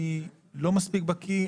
אני לא מספיק בקי,